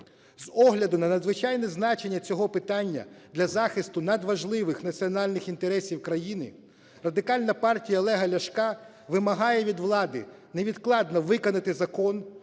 З огляду на надзвичайне значення цього питання для захисту надважливих національних інтересів країни Радикальна партія Олега Ляшка вимагає від влади невідкладно виконати закон